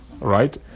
right